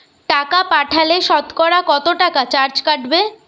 টাকা পাঠালে সতকরা কত টাকা চার্জ কাটবে?